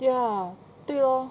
对 lah 对 lor